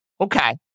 Okay